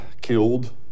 killed